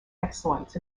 excellence